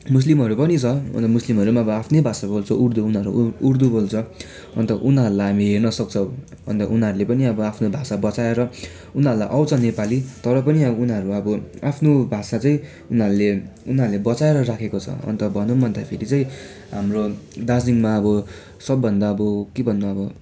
मुस्लिमहरू पनि छ मुस्लिमहरू अब आफ्नै भाषा बोल्छ उर्दु उनीहरूलाई हामी हेर्न सक्छौँ उनीहरूले पनि अब आफ्नो भाषा बचाएर उनीहरूलाई आउँछ नेपाली तर पनि अब उनीहरू अब आफ्नो भाषा चाहिँ उनीहरूले उनीहरूले बचाएर राखेको छ अन्त भनौँ भन्दा फेरि चाहिँ हाम्रो दार्जिलिङमा अब सबभन्दा अब के भन्नु अब